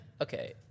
okay